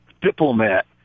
diplomat